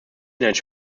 ihnen